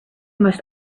must